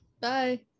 Bye